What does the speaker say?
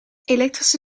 elektrische